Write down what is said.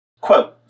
quote